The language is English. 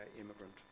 immigrant